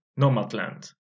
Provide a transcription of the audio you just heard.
Nomadland